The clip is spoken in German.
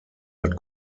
hat